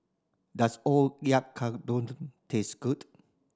does Oyakodon taste good